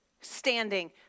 standing